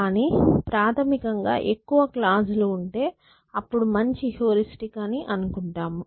కానీ ప్రాథమికంగా ఎక్కువ క్లాజ్ లు ఉంటె అప్పుడు మంచి హ్యూరిస్టిక్ అని అనుకుంటాము